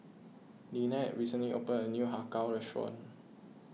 Lynnette recently opened a new Har Kow Restaurant